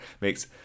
makes